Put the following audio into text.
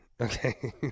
Okay